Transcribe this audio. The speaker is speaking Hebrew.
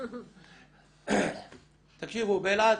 תקשיבו, באלעד